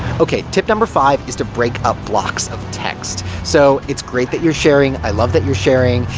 ok, tip number five is to break up blocks of text. so, it's great that you're sharing, i love that you're sharing.